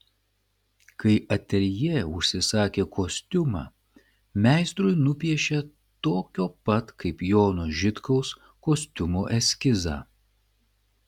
kai ateljė užsisakė kostiumą meistrui nupiešė tokio pat kaip jono žitkaus kostiumo eskizą